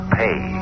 pay